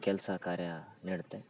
ಕೆಲಸ ಕಾರ್ಯ ನೀಡುತ್ತೆ